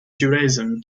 judaism